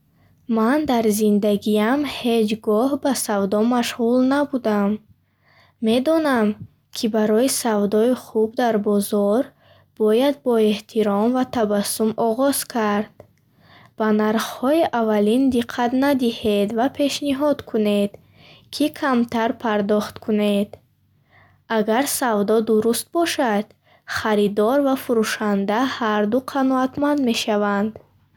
Ман дар зиндагиам ҳеҷ гоҳ ба савдо машғул набудам. Медонам, ки барои савдои хуб дар бозор бояд бо эҳтиром ва табассум оғоз кард. Ба нархҳои аввалин диққат надиҳед ва пешниҳод кунед, ки камтар пардохт кунед. Агар савдо дуруст бошад, харидор ва фурӯшанда ҳарду қаноатманд мешаванд.